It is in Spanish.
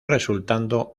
resultando